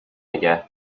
نگه